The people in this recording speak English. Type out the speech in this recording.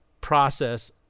process